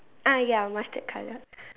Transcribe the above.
uh ya mustard colour